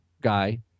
guy